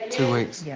two weeks. yeah.